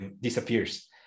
disappears